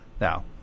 Now